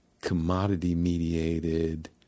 commodity-mediated